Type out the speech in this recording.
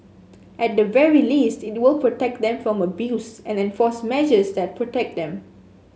at the very least it will protect them from abuse and enforce measures that protect them